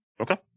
Okay